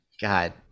God